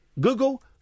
Google